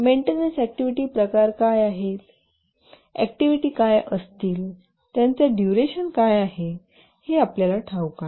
maintenance activity प्रकार काय आहेत ऍक्टिव्हिटी काय असतील त्यांचा डुरेशन काय आहे हे आपल्याला ठाऊक आहे